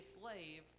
slave